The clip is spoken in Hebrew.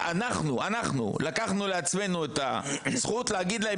אנחנו לקחנו לעצמנו את הזכות להגיד להם